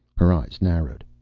her eyes narrowed.